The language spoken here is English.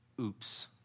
oops